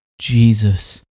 Jesus